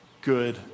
good